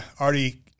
already